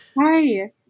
Hi